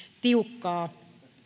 tiukkaa